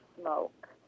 smoke